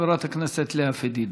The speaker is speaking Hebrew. חברת הכנסת לאה פדידה.